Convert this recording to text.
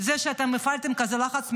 זה שאתם הפעלתם כזה לחץ מטורף,